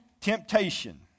temptation